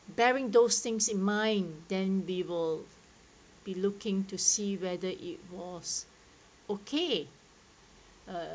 bearing those things in mind then we will be looking to see whether it was okay